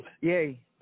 Yay